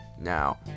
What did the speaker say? now